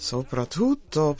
Soprattutto